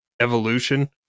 Evolution